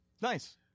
Nice